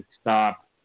stop